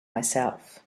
myself